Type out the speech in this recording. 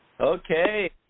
Okay